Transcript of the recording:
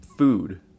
food